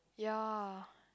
ya